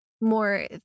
more